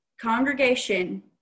congregation